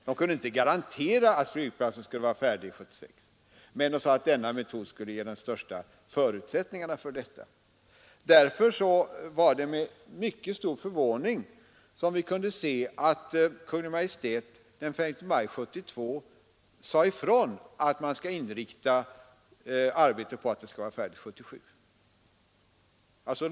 Verket kunde inte garantera att flygplatsen skulle bli färdig 1976, men man sade att denna metod hade de bästa förutsättningarna för att det skulle lyckas. Därför var det med mycket stor förvåning som vi noterade att Kungl. Maj:t den 5 maj 1972 191 sade att man skall inrikta sig på att arbetet skall vara färdigt 1977.